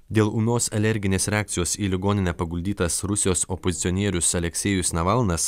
dėl ūmios alerginės reakcijos į ligoninę paguldytas rusijos opozicionierius aleksejus navalnas